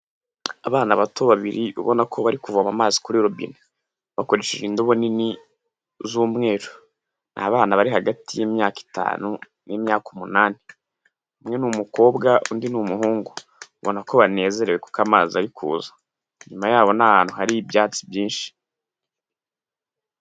Abana bato babiri ubona ko bari kuvoma amazi kuri robine bakoresheje indobo nini z'umweru, ni abana bari hagati y'imyaka itanu n'imyaka umunani, umwe ni umukobwa undi ni umuhungu ubona ko banezerewe kuko amazi ari kuza, inyuma yabo ni ahantu hari ibyatsi byinshi.